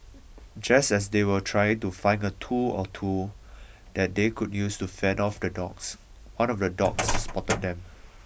just as they were trying to find a tool or two that they could use to fend off the dogs one of the dogs spotted them